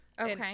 Okay